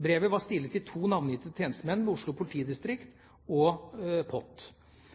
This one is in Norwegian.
Brevet var stilet til to navngitte tjenestemenn ved Oslo politidistrikt og